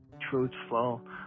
truthful